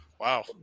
Wow